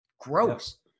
gross